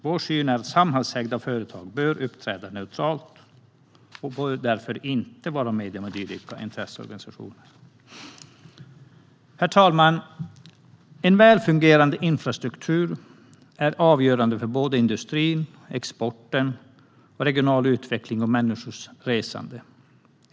Vår syn är att samhällsägda företag bör uppträda neutralt och därför inte bör vara medlemmar i dylika intresseorganisationer. Herr talman! En väl fungerande infrastruktur är avgörande för industri, export, regional utveckling och människors resande.